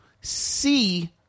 see